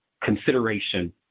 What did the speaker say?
consideration